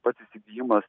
pats įsigijimas